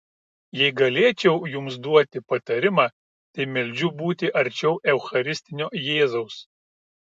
jei galėčiau jums duoti patarimą tai meldžiu būti arčiau eucharistinio jėzaus